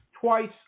twice